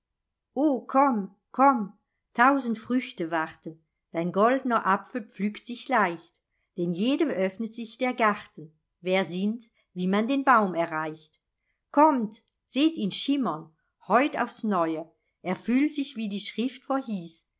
komm komm tausend früchte warten dein goldner apfel pflückt sich leicht denn jedem öffnet sich der garten wer sinnt wie man den baum erreicht kommt seht ihn schimmern heut aufs neue erfüllt sich was die schrift